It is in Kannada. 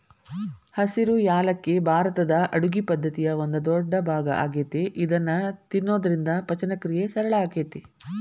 ಹಸಿರು ಯಾಲಕ್ಕಿ ಭಾರತದ ಅಡುಗಿ ಪದ್ದತಿಯ ಒಂದ ದೊಡ್ಡಭಾಗ ಆಗೇತಿ ಇದನ್ನ ತಿನ್ನೋದ್ರಿಂದ ಪಚನಕ್ರಿಯೆ ಸರಳ ಆಕ್ಕೆತಿ